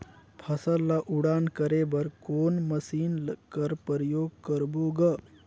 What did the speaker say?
फसल ल उड़ान करे बर कोन मशीन कर प्रयोग करबो ग?